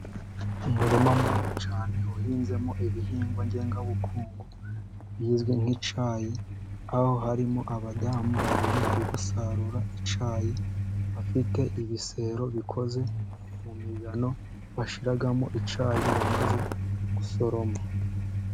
Umurima munini cyane uhinzemo ibihingwa ngengabukungu bizwi nki'cyayi. Aho harimo abadamu babiri barimo gusarura icyayi. Bafite ibitebo bikoze mu migano bashyiramo icyayi bamaze gusoroma.